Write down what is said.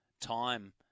time